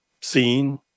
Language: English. Seen